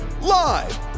Live